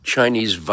Chinese